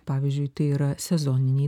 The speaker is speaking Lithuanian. pavyzdžiui tai yra sezoniniai